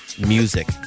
music